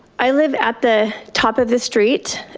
i live at the top of the street,